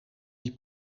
die